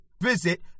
Visit